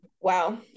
Wow